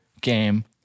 game